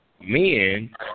men